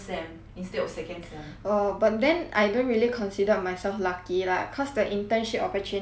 oh but then I don't really considered myself lucky lah cause the internship opportunity that I get right is